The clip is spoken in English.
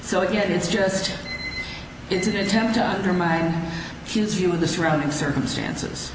so again it's just it's an attempt to undermine his view of the surrounding circumstances